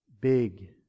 big